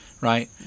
right